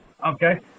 Okay